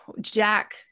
Jack